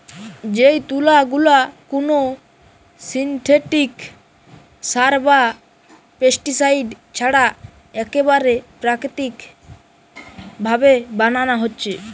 যেই তুলা গুলা কুনো সিনথেটিক সার বা পেস্টিসাইড ছাড়া একেবারে প্রাকৃতিক ভাবে বানানা হচ্ছে